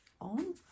on